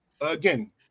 Again